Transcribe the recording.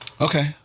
Okay